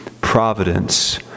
providence